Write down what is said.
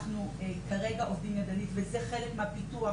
אנחנו כרגע עובדים ידנית וזה חלק מהפיתוח